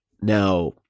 Now